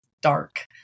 dark